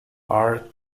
are